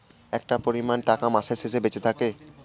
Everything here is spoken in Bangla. একটা পরিমান টাকা মাসের শেষে বেঁচে থাকে